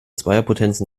zweierpotenzen